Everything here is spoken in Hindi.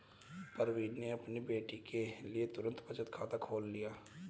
प्रवीण ने अपनी बेटी के लिए तुरंत बचत खाता खोल लिया